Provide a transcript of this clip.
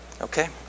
Okay